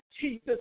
Jesus